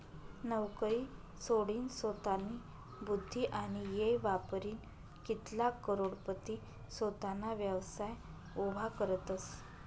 नवकरी सोडीनसोतानी बुध्दी आणि येय वापरीन कित्लाग करोडपती सोताना व्यवसाय उभा करतसं